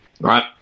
right